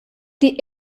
die